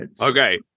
Okay